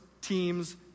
teams